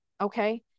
okay